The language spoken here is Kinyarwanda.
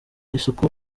isuku